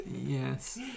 Yes